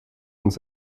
uns